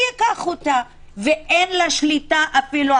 ואגב,